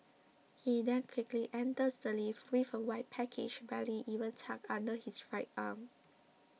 he then quickly enters the lift with a white package barely even tucked under his right arm